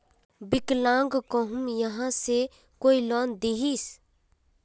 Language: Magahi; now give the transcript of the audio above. विकलांग कहुम यहाँ से कोई लोन दोहिस?